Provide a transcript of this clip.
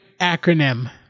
acronym